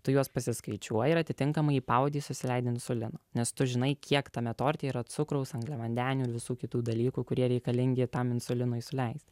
tu juos pasiskaičiuoji ir atitinkamai į paodį susileidi insulino nes tu žinai kiek tame torte yra cukraus angliavandenių ir visų kitų dalykų kurie reikalingi tam insulinui suleisti